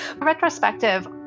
Retrospective